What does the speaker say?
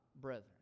brethren